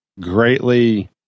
greatly